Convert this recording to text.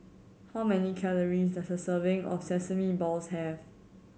how many calories does a serving of sesame balls have